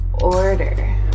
order